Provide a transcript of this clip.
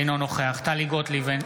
אינו נוכח טלי גוטליב,